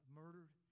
murdered